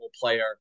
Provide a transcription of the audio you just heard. player